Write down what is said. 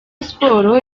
sports